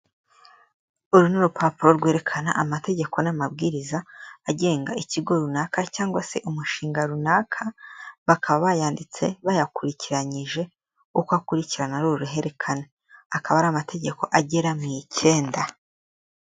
Uru ni rupapuro rwerekana amategeko n'amabwiriza agenga ikigo runaka cyangwa se umushinga runaka, bakaba bayanditse bayakurikiranyije uko akurikirana ari uruhererekane, akaba ari amategeko agera mu ikenda.